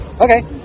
okay